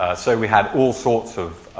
so, we had all sorts of